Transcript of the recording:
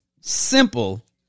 simple